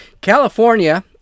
California